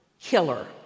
killer